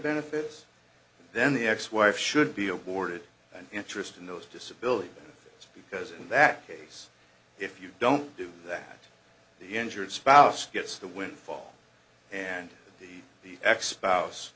benefits then the ex wife should be awarded an interest in those disability because in that case if you don't do that the injured spouse gets the windfall and the